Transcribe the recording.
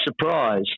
surprise